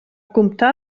comptar